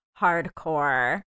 hardcore